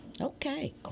Okay